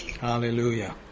Hallelujah